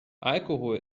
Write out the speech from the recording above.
alkohol